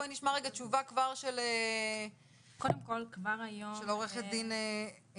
בואי נשמע תשובה כבר של עורכת דין אלדר.